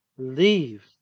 Leave